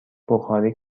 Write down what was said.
بخاری